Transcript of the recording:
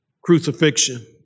crucifixion